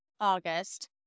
August